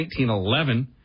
1911